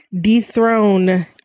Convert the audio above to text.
dethrone